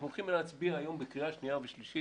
אנחנו הולכים להצביע היום בקריאה שנייה ושלישית